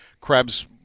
Krebs